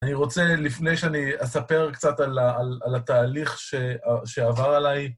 אני רוצה, לפני שאני אספר קצת על התהליך שעבר עליי...